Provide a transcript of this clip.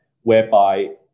whereby